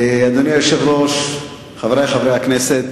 אדוני היושב-ראש, חברי חברי הכנסת,